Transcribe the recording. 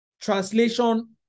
translation